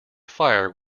fire